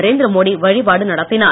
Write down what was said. நரேந்திர மோடி வழிபாடு நடத்தினார்